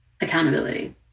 accountability